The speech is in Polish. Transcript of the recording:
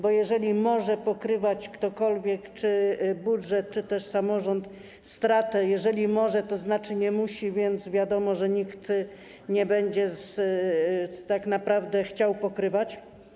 Bo jeżeli może pokrywać stratę ktokolwiek, czy budżet, czy też samorząd, a jeżeli może, to znaczy, że nie musi, to wiadomo, że nikt nie będzie tak naprawdę chciał pokrywać.